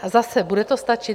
A zase: Bude to stačit?